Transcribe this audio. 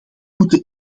moeten